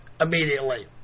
immediately